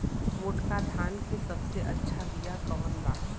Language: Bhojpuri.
मोटका धान के सबसे अच्छा बिया कवन बा?